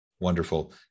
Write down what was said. Wonderful